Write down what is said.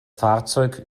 fahrzeug